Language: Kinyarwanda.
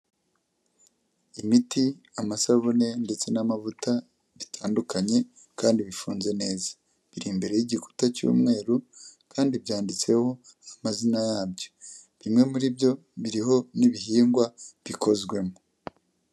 Imiti, amasabune ndetse n'amavuta bitandukanye kandi bifunze neza, biri imbere y'igikuta cy'umweru kandi byanditseho amazina yabyo, bimwe muri byo biriho n'ibihingwa bikozwemo.